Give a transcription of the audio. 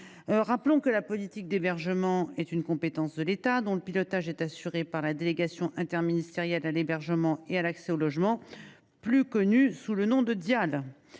Rappelons le, la politique d’hébergement est une compétence de l’État, dont le pilotage est assuré par la délégation interministérielle à l’hébergement et à l’accès au logement (Dihal). Depuis 2017, des